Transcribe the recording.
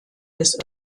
des